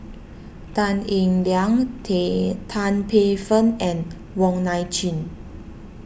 Tan Eng Liang tea Tan Paey Fern and Wong Nai Chin